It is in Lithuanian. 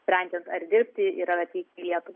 sprendžiant ar dirbti ir ar atvyks į lietuvą